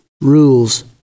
rules